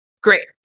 Great